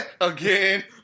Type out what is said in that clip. Again